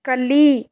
ಕಲಿ